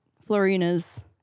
Florina's